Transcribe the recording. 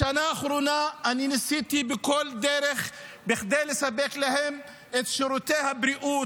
בשנה האחרונה ניסיתי בכל דרך לספק להם את שירותי הבריאות,